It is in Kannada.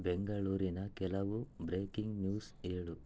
ಬೆಂಗಳೂರಿನ ಕೆಲವು ಬ್ರೇಕಿಂಗ್ ನ್ಯೂಸ್ ಹೇಳು